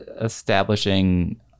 establishing